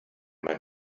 mein